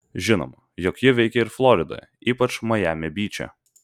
žinoma jog ji veikia ir floridoje ypač majami byče